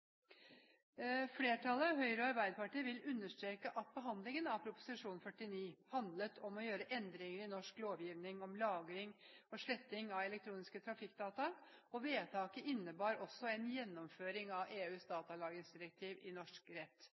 Flertallet, Høyre og Arbeiderpartiet, vil understreke at behandlingen av Prop. 49 L for 2010–2011 handlet om å gjøre endringer i norsk lovgivning om lagring og sletting av elektroniske trafikkdata. Vedtaket innebar også en gjennomføring av EUs datalagringsdirektiv i norsk rett.